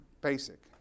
basic